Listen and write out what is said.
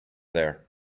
there